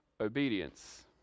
obedience